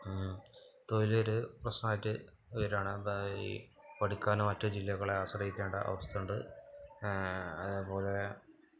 തൊഴിലൊരു പ്രശ്നമായിട്ട് വരാണ് പഠിക്കാൻ മറ്റു ജില്ലകളെ ആശ്രയിക്കേണ്ട അവസ്ഥയുണ്ട് അതേപോലെ